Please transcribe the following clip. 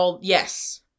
Yes